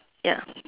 ya